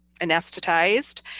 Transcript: anesthetized